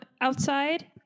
outside